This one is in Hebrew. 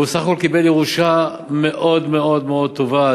והוא בסך הכול קיבל ירושה מאוד מאוד מאוד טובה,